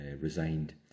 resigned